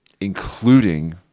including